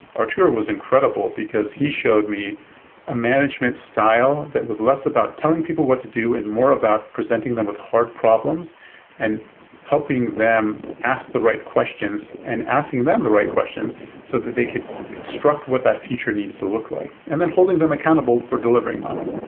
arturo was incredible, because he showed me a management style that was less about telling people what to do and more about presenting them with hard problems and helping them the right questions and asking them the right questions so that they can construct what that future needs to look like, and then holding them accountable for delivering on it.